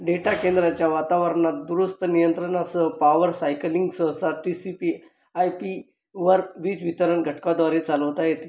data केंद्राच्या वातावरणात दुरुस्त नियंत्रणासह पॉवर सायकलिंग सहसा टी सी पी आय पीवर वीज वितरण घटकाद्वारे चालवता येते